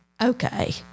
Okay